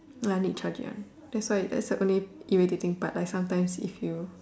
no lah need charge it one that's why it that's the only irritating part like sometimes if you